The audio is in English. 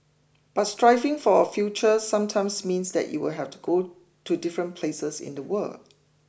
but striving for a future sometimes means that you will have to go to different places in the world